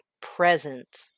present